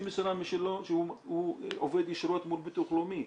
משרה משלו שהוא עובד ישירות מול ביטוח לאומי.